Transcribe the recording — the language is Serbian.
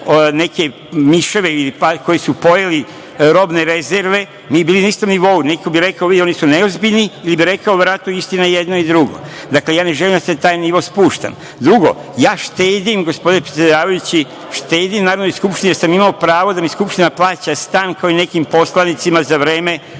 ili pacove, koje su pojeli robne rezerve, mi bi bili na istom nivou. Neko bi rekao, vidi oni su neozbiljni ili bi rekao, verovatno je istina jedno i drugo. Dakle, ja ne želim da se na taj nivo spuštam. Drugo, ja štedim gospodine predsedavajući, Narodnoj Skupštini, jer sam imao pravo da mi Skupština plaća stan, kao nekim poslanicima za vreme